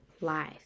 life